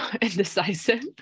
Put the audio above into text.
Indecisive